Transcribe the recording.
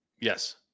yes